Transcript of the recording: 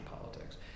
politics